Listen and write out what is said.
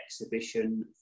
exhibition